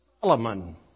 Solomon